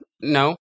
No